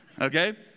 okay